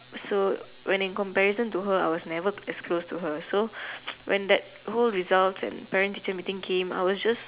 so when in comparison to her so I never as close to her so when those results and parent meetings came I was just